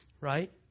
right